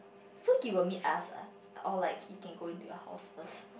so he will meet us ah or like he can go into your house first